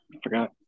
Forgot